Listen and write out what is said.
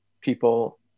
people